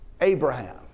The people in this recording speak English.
Abraham